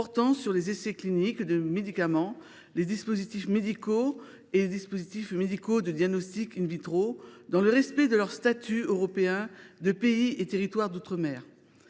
portant sur les essais cliniques de médicaments, les dispositifs médicaux et les dispositifs médicaux de diagnostic , dans le respect de leur statut européen de pays et territoires d’outre mer.